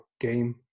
game